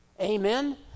Amen